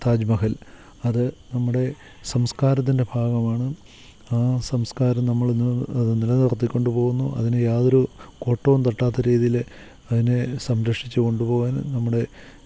താജ് മഹൽ അത് നമ്മുടെ സംസ്കാരത്തിൻ്റെ ഭാഗമാണ് ആ സംസ്കാരം നമ്മൾ നിലനിർത്തിക്കൊണ്ടു പോകുന്നു അതിന് യാതൊരു കോട്ടവും തട്ടാത്ത രീതിയിൽ അതിനെ സംരക്ഷിച്ചു കൊണ്ടുപോകാൻ നമ്മുടെ